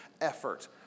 effort